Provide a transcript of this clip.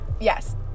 yes